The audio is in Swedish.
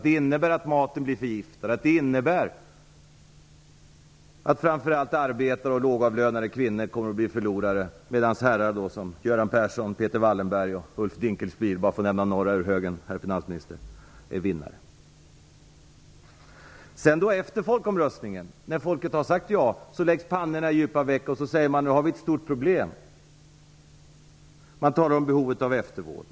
Det innebär att maten blir förgiftad. Det innebär att framför allt arbetare och lågavlönade kvinnor kommer att bli förlorare, medan herrar som Göran Persson, Peter Wallenberg och Ulf Dinkelspiel - bara för att nämna några ur högen, herr finansminister - är vinnare. Men efter folkomröstningen, när folket har sagt ja, läggs pannorna i djupa veck, och man säger: Nu har vi ett stort problem. Man talar om behovet av eftervård.